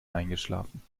eingeschlafen